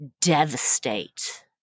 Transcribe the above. devastate